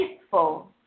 faithful